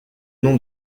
nom